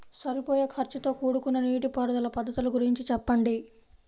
సరిపోయే ఖర్చుతో కూడుకున్న నీటిపారుదల పద్ధతుల గురించి చెప్పండి?